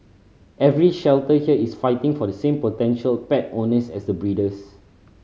every shelter here is fighting for the same potential pet owners as the breeders